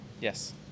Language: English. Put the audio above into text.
Yes